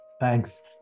Thanks